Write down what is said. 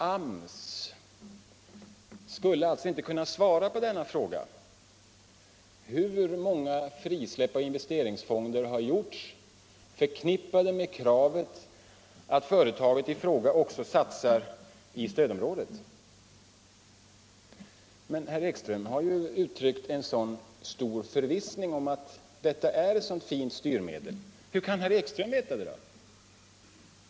AMS skulle alltså inte kunna svara på denna fråga: Hur många frisläpp av investeringsfonder har gjorts förknippade med kravet att företaget i fråga också satsar i stödområdet? Herr Ekström har ju uttryckt en sådan stor förvissning om att detta är ett så fint styrmedel. Hur kan herr Ekström veta det då?